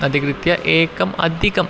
अधिकृत्य एकम् अधिकम्